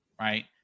right